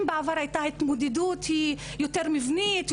אם בעבר הייתה התמודדות היא יותר מבנית,